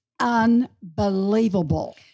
unbelievable